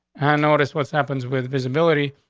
and noticed what's happens with visibility.